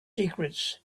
secrets